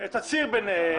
תצהיר ביניהם,